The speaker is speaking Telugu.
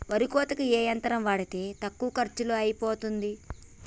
వరి కోతకి ఏ యంత్రం వాడితే తక్కువ ఖర్చులో అయిపోతుంది?